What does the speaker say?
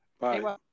Bye